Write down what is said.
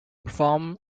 perform